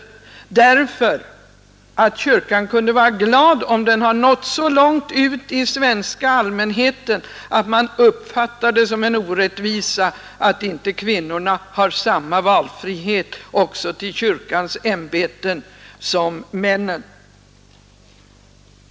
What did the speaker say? Kyrkan kunde nämligen vara glad om den hade nått så långt ut till den svenska allmänheten att människor uppfattade det som en orättvisa att inte kvinnorna har samma rätt också till kyrkans ämbeten som männen.